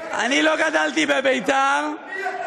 אני לא גדלתי בבית"ר, מי אתה?